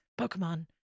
Pokemon